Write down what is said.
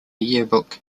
yearbook